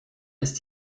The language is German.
ist